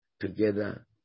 together